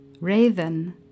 Raven